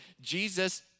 Jesus